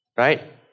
right